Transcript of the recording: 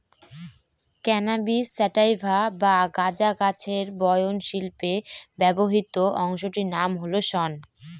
cannabis sativa বা গাঁজা গাছের বয়ন শিল্পে ব্যবহৃত অংশটির নাম হল শন